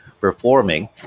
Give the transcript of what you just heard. performing